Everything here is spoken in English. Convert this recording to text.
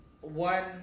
one